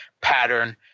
pattern